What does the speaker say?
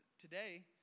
today